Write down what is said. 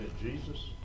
jesus